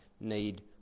need